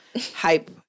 hype